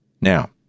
Now